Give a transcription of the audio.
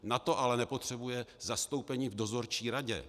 Na to ale nepotřebuje zastoupení v dozorčí radě.